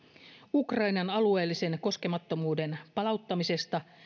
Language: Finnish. ukrainan alueellisen koskemattomuuden palauttamisesta